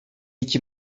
iki